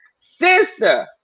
sister